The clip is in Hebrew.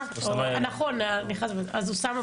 אוסאמה סעדי